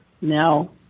No